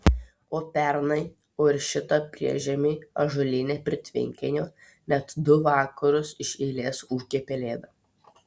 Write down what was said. o pernai o ir šitą priešžiemį ąžuolyne prie tvenkinio net du vakarus iš eilės ūkė pelėda